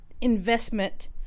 investment